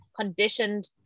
conditioned